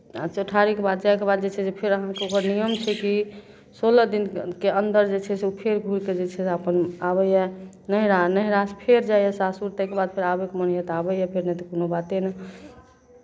आ चौठारीके बाद जायके बाद जे छै से फेर अहाँके ओकर नियम छै की सोलह दिनके अन्दर जे छै से फेर घुरि कऽ जे छै अपन आबैए नहिरा नहिरासँ फेर जाइयए सासुर ताहिके बाद फेर आबयके मोन होइए तऽ आबैए नहि तऽ कोनो बाते नहि